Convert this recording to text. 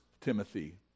Timothy